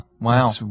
Wow